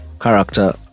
character